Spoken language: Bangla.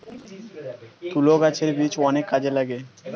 তুলো গাছের বীজ অনেক কাজে লাগে